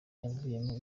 yavuyemo